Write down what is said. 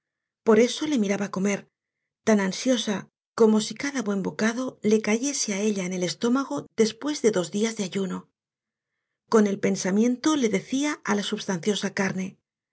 por eso le miraba comer tan ansiosa como si cada buen bocado le cayese á ella en el estómago después de dos días de ayuno con el pensamiento le decía á la substanciosa carne